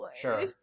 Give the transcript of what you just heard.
sure